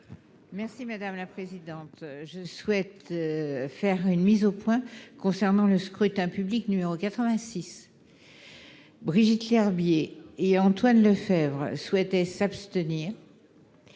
Annie Delmont-Koropoulis. Je souhaite faire une mise au point concernant le scrutin public n° 86 : Brigitte Lherbier et Antoine Lefèvre souhaitaient s'abstenir